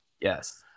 yes